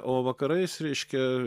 o vakarais reiškia